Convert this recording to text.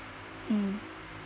um